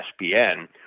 ESPN –